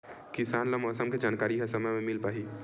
किसान ल मौसम के जानकारी ह समय म मिल पाही?